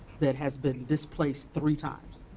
that has been displaced three times.